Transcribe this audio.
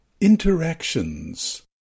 Interactions